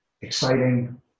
exciting